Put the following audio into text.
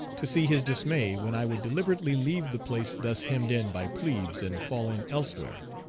to see his dismay when i would deliberately leave the place thus hemmed in by plebes and fall in elsewhere.